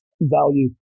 value